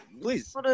Please